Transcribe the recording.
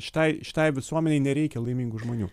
šitai šitai visuomenei nereikia laimingų žmonių